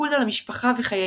- מיקוד על המשפחה וחיי